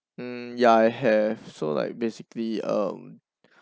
mm ya I have so like basically um